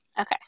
okay